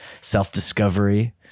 Self-discovery